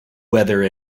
weather